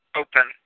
open